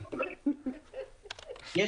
רק שאלת הבהרה.